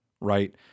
right